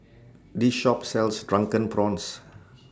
This Shop sells Drunken Prawns